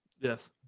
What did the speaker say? Yes